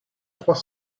trois